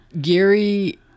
Gary